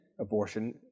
abortion